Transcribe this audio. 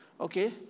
okay